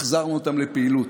החזרנו אותם לפעילות.